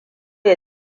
ya